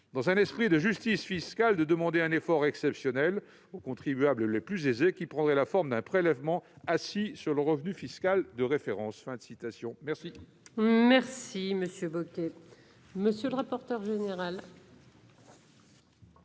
dans un esprit de justice fiscale, de demander un effort exceptionnel aux contribuables les plus aisés qui prendrait la forme d'un prélèvement assis sur le revenu fiscal de référence ».